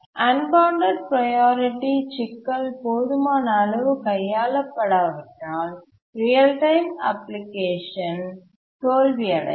unbounded priority சிக்கல் போதுமான அளவு கையாளப்படாவிட்டால் ரியல் டைம் அப்ளிகேஷன் தோல்வியடையும்